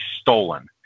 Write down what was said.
stolen